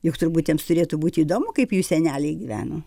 juk turbūt jiems turėtų būti įdomu kaip jų seneliai gyveno